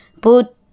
put